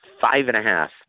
five-and-a-half